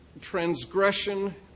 transgression